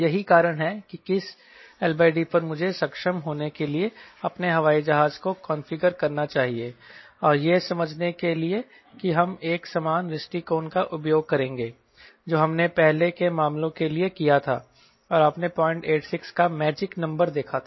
यही कारण है कि किस LD पर मुझे सक्षम होने के लिए अपने हवाई जहाज़ को कॉन्फ़िगर करना चाहिए और यह समझने के लिए कि हम एक समान दृष्टिकोण का उपयोग करेंगे जो हमने पहले के मामलों के लिए किया था और आपने 0866 का मैजिक नंबर देखा है